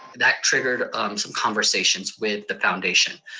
that triggered some conversations with the foundation.